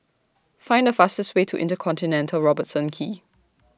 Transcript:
Find The fastest Way to InterContinental Robertson Quay